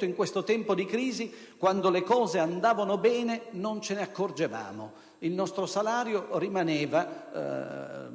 in questo tempo di crisi, ci hanno detto: quando le cose andavano bene non ce ne accorgevamo, il nostro salario rimaneva